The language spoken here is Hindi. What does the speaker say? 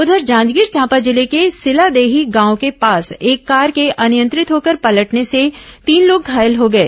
उधर जांजगीर चोंपा जिले के सिलादेही गांव के पास एक कार के अनियंत्रित होकर पलटने से तीन लोग घायल हो गए